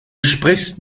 sprichst